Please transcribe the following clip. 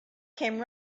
came